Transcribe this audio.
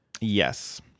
Yes